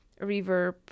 reverb